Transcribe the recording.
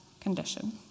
condition